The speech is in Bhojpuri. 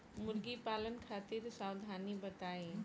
मुर्गी पालन खातिर सावधानी बताई?